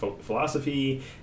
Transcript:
philosophy